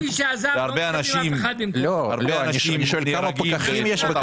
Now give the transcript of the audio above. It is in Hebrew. הרבה אנשים נהרגים.